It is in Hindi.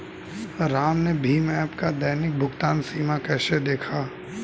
राम ने भीम ऐप का दैनिक भुगतान सीमा कैसे देखा?